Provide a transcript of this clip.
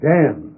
Dan